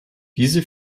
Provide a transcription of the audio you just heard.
diese